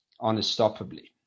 unstoppably